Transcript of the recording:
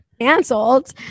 Cancelled